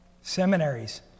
Seminaries